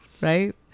right